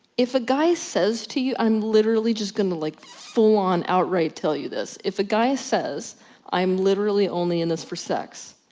if a guy says to you, i'm literally just like, gonna like full on outright tell you this. if a guy says i'm literally only in this for sex.